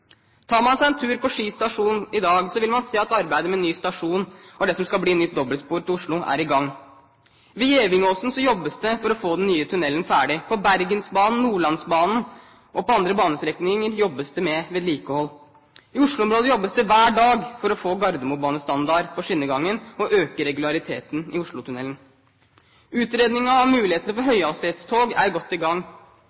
Tar man seg en tur til Ski stasjon i dag, vil man se at arbeidet med ny stasjon og det som skal bli nytt dobbeltspor til Oslo, er i gang. Ved Gevingåsen jobbes det for å få den nye tunnelen ferdig. På Bergensbanen, på Nordlandsbanen og på andre banestrekninger jobbes det med vedlikehold. I Oslo-området jobbes det hver dag for å få gardermobanestandard på skinnegangen og med å øke regulariteten i Oslotunnelen. Utredningen og muligheten for